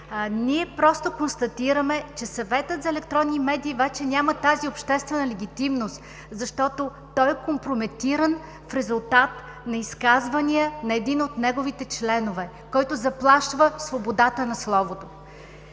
Ние просто констатираме, че Съветът за електронни медии вече няма тази обществена легитимност, защото той е компрометиран в резултат на изказвания на един от неговите членове, който заплашва свободата на словото.